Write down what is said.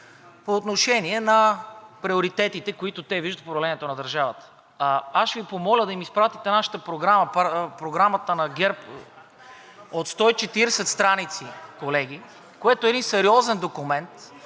по отношение на приоритетите, които те виждат в управлението на държавата. Аз ще Ви помоля да им изпратите Програмата на ГЕРБ от 140 страници, колеги, което е един сериозен документ,